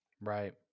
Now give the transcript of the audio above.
Right